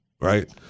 Right